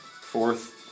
Fourth